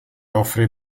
offre